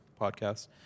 podcast